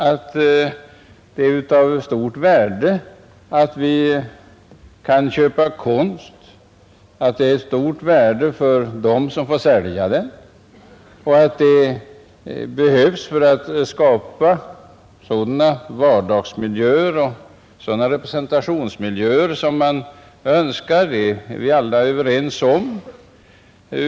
Att det är av stort värde att vi kan köpa konst, att det är av stort värde för dem som får sälja den och att det behövs för att skapa sådana vardagsmiljöer och sådana representationsmiljöer som man önskar, det är vi alla överens om.